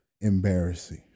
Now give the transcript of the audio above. embarrassing